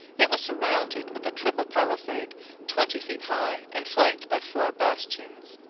it was surrounded with a triple palisade twenty feet high and flanked by four bastions.